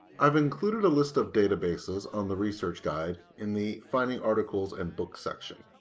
i've included a list of databases on the research guide in the finding articles and books section.